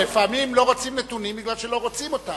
לפעמים לא רוצים נתונים בגלל שלא רוצים אותם.